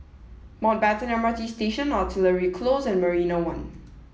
Mountbatten M R T Station Artillery Close and Marina One